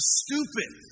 stupid